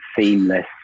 seamless